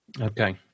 Okay